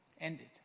ended